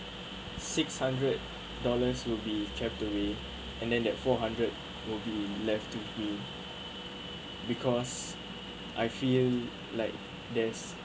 six hundred dollars will be kept with me and then that four hundred will be left to use because I feel like there's